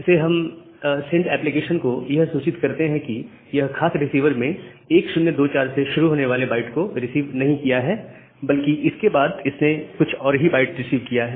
तो इस DUPACK से हम सेंड एप्लीकेशन को यह सूचित करते हैं कि यह खास रिसीवर ने 1024 से शुरू होने वाले बाइट को रिसीव नहीं किया है बल्कि इसके बाद इसने कुछ और ही बाइट्स रिसीव किया है